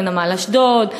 לנמל אשדוד,